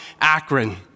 Akron